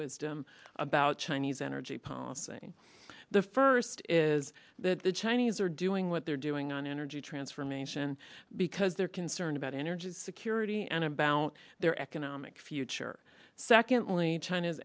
wisdom about chinese energy policy the first is that the chinese are doing what they're doing on energy transformation because they're concerned about energy security and about their economic future secondly china's